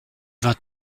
vingt